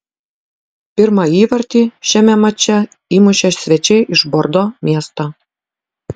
pirmą įvartį šiame mače įmušė svečiai iš bordo miesto